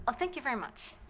ah thank you very much.